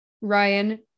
Ryan